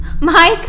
Mike